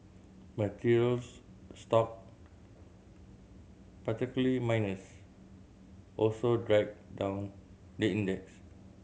materials stock particularly miners also dragged down the index